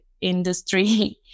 industry